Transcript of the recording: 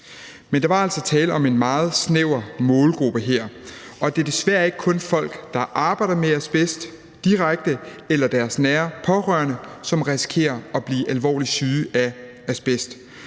Men der var altså tale om en meget snæver målgruppe, og det er desværre ikke kun folk, der direkte arbejder med asbest, eller deres nære pårørende, som risikerer at blive alvorligt syge af asbest.